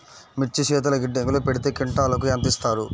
మిర్చి శీతల గిడ్డంగిలో పెడితే క్వింటాలుకు ఎంత ఇస్తారు?